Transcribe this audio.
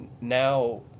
Now